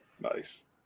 Nice